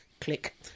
Click